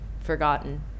forgotten